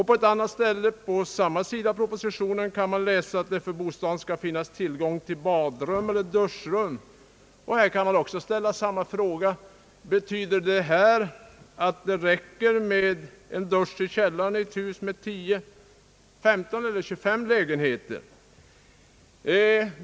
På ett annat ställe i propositionen kan man läsa att det för bostaden skall finnas tillgång till badrum eller duschrum. Man kan här ställa samma fråga: Betyder detta att det räcker med dusch i källaren i ett hus med tio, femton eller tjugo lägenheter?